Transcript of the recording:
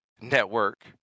network